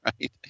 right